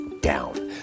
down